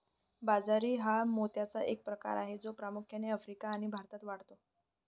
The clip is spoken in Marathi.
बाजरी हा मोत्याचा एक प्रकार आहे जो प्रामुख्याने आफ्रिका आणि भारतात वाढतो